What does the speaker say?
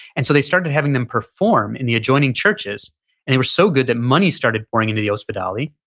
and so they started having them perform in the adjoining churches and they were so good that money started pouring into the ospedali.